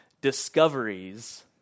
discoveries